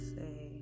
say